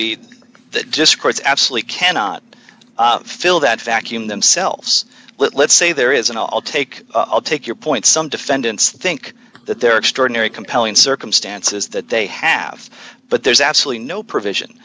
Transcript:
be that discourse absolutely cannot fill that vacuum themselves let's say there is an i'll take a take your point some defendants think that there are extraordinary compelling circumstances that they have but there's absolutely no provision